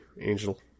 Angel